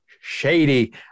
shady